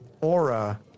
Aura